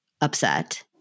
upset